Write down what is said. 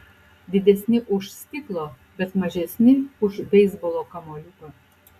didesni už stiklo bet mažesni už beisbolo kamuoliuką